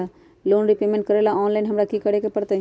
Loan repayment करेला online हमरा की करे के परतई?